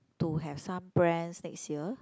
to have some brands next year